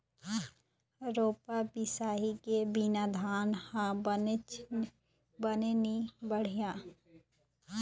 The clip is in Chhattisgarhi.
रोपा, बियासी के बिना धान ह बने नी बाढ़य